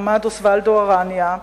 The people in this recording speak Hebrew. עמד אוסוולדו אראניה,